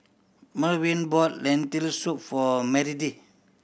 Merwin brought Lentil Soup for Meredith